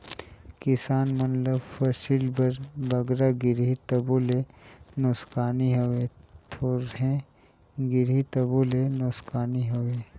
किसान मन ल फसिल बर बगरा गिरही तबो ले नोसकानी हवे, थोरहें गिरही तबो ले नोसकानी हवे